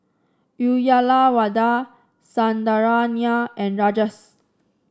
Uyyalawada Sundaraiah and Rajesh